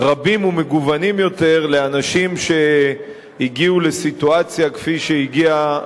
רבים ומגוונים יותר לאנשים שהגיעו לסיטואציה כפי שהגיע,